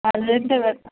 അതുതന്നെ